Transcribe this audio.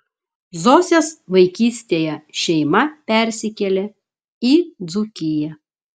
zosės vaikystėje šeima persikėlė į dzūkiją